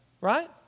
right